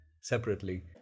separately